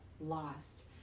lost